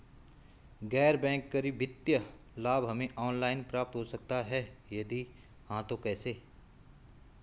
गैर बैंक करी वित्तीय लाभ हमें ऑनलाइन प्राप्त हो सकता है यदि हाँ तो कैसे?